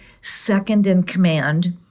second-in-command